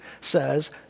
says